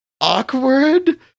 awkward